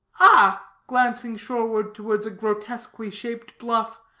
ah, glancing shoreward, towards a grotesquely-shaped bluff,